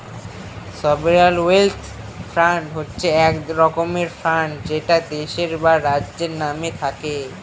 sovereign wealth fund হচ্ছে এক রকমের ফান্ড যেটা দেশের বা রাজ্যের নামে থাকে